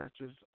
matches